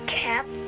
cap